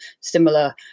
similar